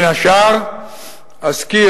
בין השאר אזכיר,